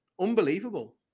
unbelievable